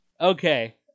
Okay